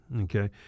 okay